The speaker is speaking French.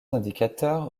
indicateurs